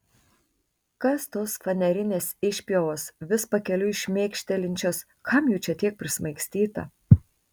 kas tos fanerinės išpjovos vis pakeliui šmėkštelinčios kam jų čia tiek prismaigstyta